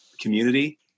Community